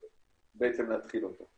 אתה רוצה התייחסות קצרה לעניין הזה?